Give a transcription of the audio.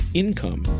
income